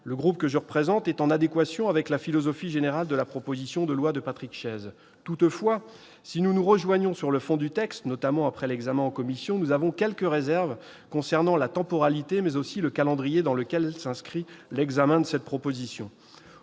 le groupe que je représente est en adéquation avec la philosophie générale de la proposition de loi de Patrick Chaize. Toutefois, si nous nous rejoignons sur le fond du texte, notamment après son passage en commission, nous avons quelques réserves concernant non seulement la temporalité choisie, mais aussi le calendrier dans lequel s'inscrit son examen. À l'échelon